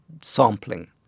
sampling